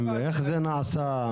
איך זה נעשה?